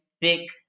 Thick